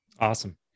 Awesome